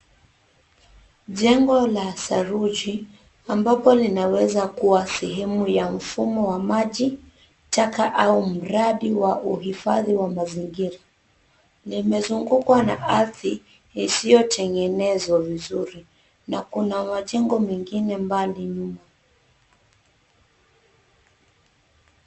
Jengo la saruji, ambapo linaweza kuwa sehemu ya mfumo wa maji taka au mradi wa uhifadhi wa mazingira. Limezungukwa na ardhi isiyotengenezwa vizuri na kuna majengo mengine mbali nyuma.